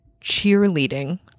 cheerleading